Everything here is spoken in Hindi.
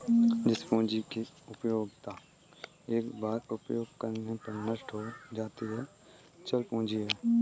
जिस पूंजी की उपयोगिता एक बार उपयोग करने पर नष्ट हो जाती है चल पूंजी है